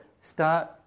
start